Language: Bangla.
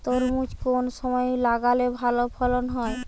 তরমুজ কোন সময় লাগালে ভালো ফলন হয়?